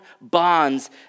bonds